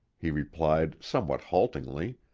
he replied somewhat haltingly.